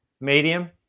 medium